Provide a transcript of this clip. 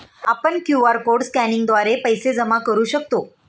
आपण QR code स्कॅनिंगद्वारे पैसे जमा करू शकतो